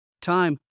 time